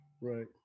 right